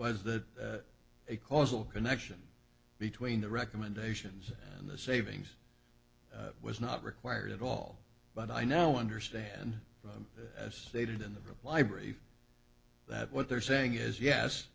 was that a causal connection between the recommendations and the savings was not required at all but i now understand as they did in the book library that what they're saying is yes